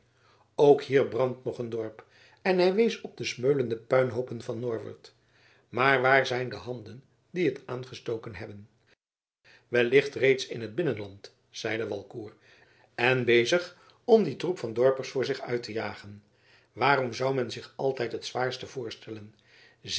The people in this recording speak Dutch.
ook hier brandt nog een dorp en hij wees op de smeulende puinhoopen van norwert maar waar zijn de handen die het aangestoken hebben wellicht reeds in het binnenland zeide walcourt en bezig om dien troep van dorpers voor zich uit te jagen waarom zou men zich altijd het zwaarste voorstellen